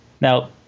Now